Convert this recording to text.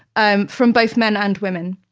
and from both men and women.